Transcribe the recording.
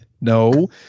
No